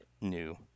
new